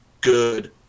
good